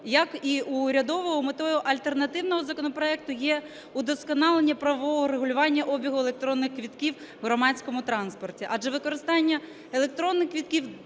Як і в урядового, метою альтернативного законопроекту є вдосконалення правового регулювання обігу електронних квитків у громадському транспорті, адже використання електронних квитків